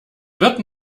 wird